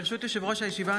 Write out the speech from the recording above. ברשות יושב-ראש הישיבה,